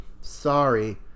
sorry